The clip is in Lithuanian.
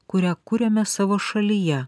kurią kuriame savo šalyje